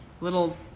little